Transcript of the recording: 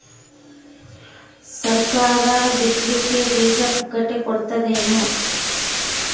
ಸರಕಾರ ಬಿತ್ ಲಿಕ್ಕೆ ಬೀಜ ಪುಕ್ಕಟೆ ಕೊಡತದೇನು?